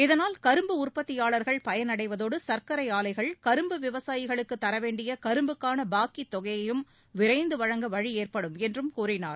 இதனால் கரும்பு உற்பத்தியாளர்கள் பயனடைவதோடு சர்க்கரை ஆலைகள் கரும்பு விவசாயிகளுக்கு தர வேண்டிய கரும்புக்கான பாக்கித் தொகையையும் விரைந்து வழங்க வழியேற்படும் என்றும் கூறினார்